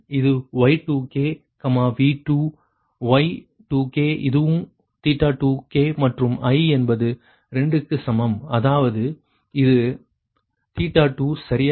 இது Y2k V2 Y2k இதுவும் 2k மற்றும் i என்பது 2 க்கு சமம் அதாவது இது 2சரியா